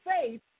Faith